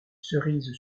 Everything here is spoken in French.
cerise